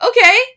Okay